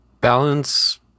Balance